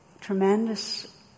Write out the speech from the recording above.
tremendous